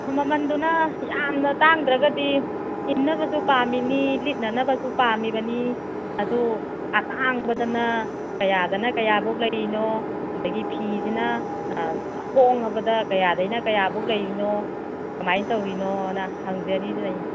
ꯃꯃꯜꯗꯨꯅ ꯌꯥꯝꯅ ꯇꯥꯡꯗ꯭ꯔꯒꯗꯤ ꯏꯟꯅꯕꯁꯨ ꯄꯥꯝꯃꯤꯅꯤ ꯂꯤꯠꯅꯅꯕꯁꯨ ꯄꯥꯝꯃꯤꯕꯅꯤ ꯑꯗꯨ ꯑꯇꯥꯡꯕꯗꯅ ꯀꯌꯥꯗꯅ ꯀꯌꯥ ꯐꯥꯎ ꯂꯩꯔꯤꯅꯣ ꯑꯗꯒꯤ ꯐꯤꯁꯤꯅ ꯍꯣꯡꯉꯕꯗ ꯀꯌꯥꯗꯩꯅ ꯀꯌꯥ ꯐꯥꯎ ꯂꯩꯔꯤꯅꯣ ꯀꯃꯥꯏ ꯇꯧꯔꯤꯅꯣꯅ ꯍꯪꯖꯔꯤꯕꯅꯤ